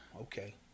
okay